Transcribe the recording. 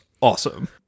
awesome